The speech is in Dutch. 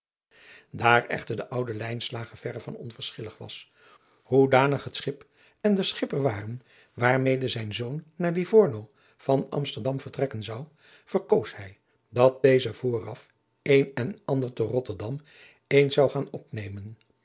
daar echter de oude lijnslager verre van onverschillig was hoedanig het schip en de schipper adriaan loosjes pzn het leven van maurits lijnslager waren waarmede zijn zoon naar livorno van rotterdam vertrekken zou verkoos hij dat deze vooraf een en ander te rotterdam eens zou gaan opnemen